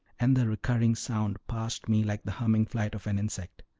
and the recurring sound passed me like the humming flight of an insect,